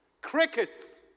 Crickets